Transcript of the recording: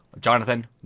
Jonathan